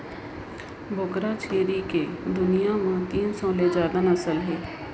बोकरा छेरी के दुनियां में तीन सौ ले जादा नसल हे